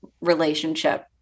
relationship